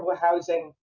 housing